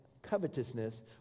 Covetousness